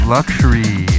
Luxury